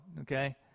okay